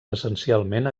essencialment